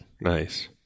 Nice